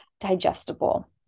digestible